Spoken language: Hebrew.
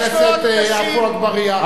חבר הכנסת עפו אגבאריה,